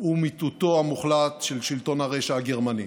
ומיטוטו המוחלט של שלטון הרשע הגרמני.